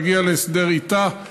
להגיע להסדר איתה,